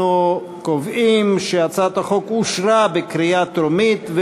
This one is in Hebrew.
אנחנו קובעים שהצעת החוק אושרה בקריאה טרומית,